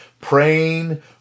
praying